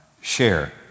share